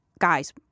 guys